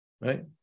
Right